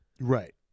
Right